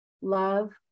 Love